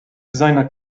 seiner